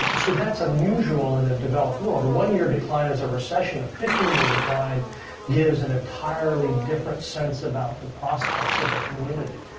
so, that's unusual in a developed world. a one-year decline is a recession. a fifteen year decline gives an entirely different sense about the prospects of a community.